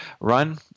run